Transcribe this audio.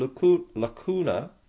lacuna